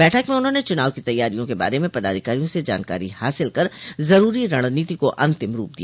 बैठक में उन्होंने चुनाव की तैयारियों के बारे में पदाधिकारियों से जानकारी हासिल कर जरूरी रणनीति को अन्तिम रूप दिया